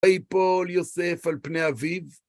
ויפול יוסף על פני אביו